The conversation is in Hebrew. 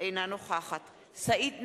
אינה נוכחת סעיד נפאע,